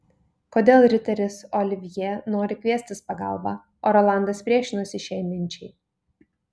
kodėl riteris olivjė nori kviestis pagalbą o rolandas priešinasi šiai minčiai